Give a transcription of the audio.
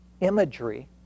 imagery